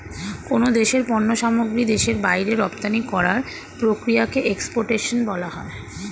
কোন দেশের পণ্য সামগ্রী দেশের বাইরে রপ্তানি করার প্রক্রিয়াকে এক্সপোর্টেশন বলা হয়